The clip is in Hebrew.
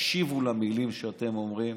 תקשיבו למילים שאתם אומרים,